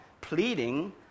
pleading